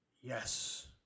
Yes